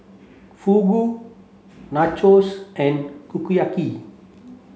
Fugu Nachos and